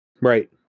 Right